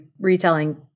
retelling